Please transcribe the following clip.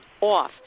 off